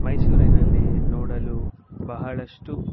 ಮೈಸೂರಿನಲ್ಲಿ ನೋಡಲು ಬಹಳಷ್ಟು